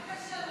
הוא פחד.